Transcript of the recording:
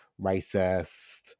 racist